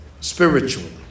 spiritually